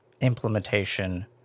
implementation